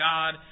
God